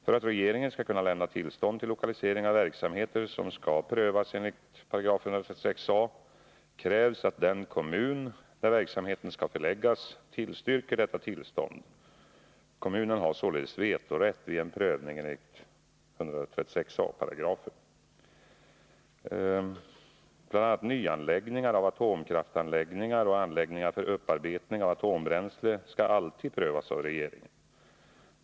För att regeringen skall kunna lämna tillstånd till lokalisering av verksamheter som skall prövas enligt 136 a §, krävs att den kommun där verksamheten skall förläggas tillstyrker detta tillstånd. Kommuner har således vetorätt vid en prövning enligt 136 a §. Bl. a. nyanläggningar av atomkraftsanläggningar och anläggningar för upparbetning av atombränsle skall alltid prövas av regeringen.